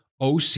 OC